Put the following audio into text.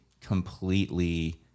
completely